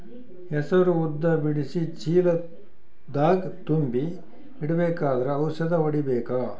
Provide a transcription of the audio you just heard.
ಹೆಸರು ಉದ್ದ ಬಿಡಿಸಿ ಚೀಲ ದಾಗ್ ತುಂಬಿ ಇಡ್ಬೇಕಾದ್ರ ಔಷದ ಹೊಡಿಬೇಕ?